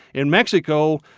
in mexico,